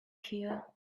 here